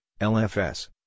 LFS